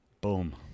boom